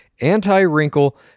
anti-wrinkle